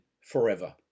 forever